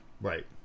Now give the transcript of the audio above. Right